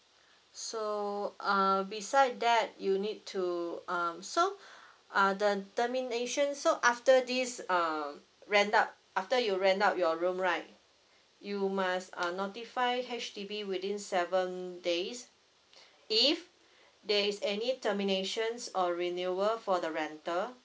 so uh beside that you need to um so uh the termination so after this um rent out after you rent out your room right you must uh notify H_D_B within seven days if there is any terminations or renewal for the rental